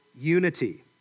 unity